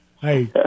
Hey